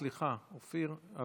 האלה, סליחה, אופיר.